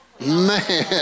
Man